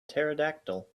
pterodactyl